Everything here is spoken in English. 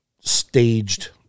staged